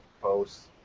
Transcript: posts